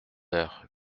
heure